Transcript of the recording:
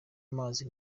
amazi